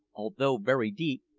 although very deep,